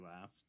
laugh